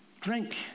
drink